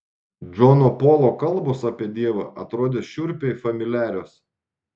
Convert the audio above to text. džono polo kalbos apie dievą atrodė šiurpiai familiarios